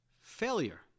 failure